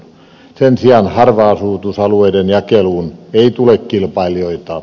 sen sijaan harva asutusalueiden jakeluun ei tule kilpailijoita